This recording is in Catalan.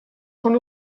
són